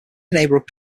neighborhood